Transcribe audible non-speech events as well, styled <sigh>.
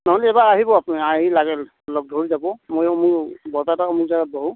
নহ'লে এবাৰ আহিব আপুনি আহি লাগে লগ ধৰি যাব ময়ো মোৰ <unintelligible> বহোঁ